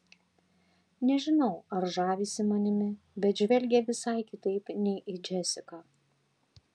nežinau ar žavisi manimi bet žvelgia visai kitaip nei į džesiką